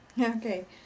okay